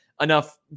enough